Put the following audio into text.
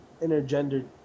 intergender